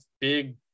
big